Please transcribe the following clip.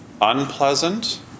unpleasant